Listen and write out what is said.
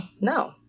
no